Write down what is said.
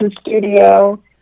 studio